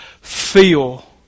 feel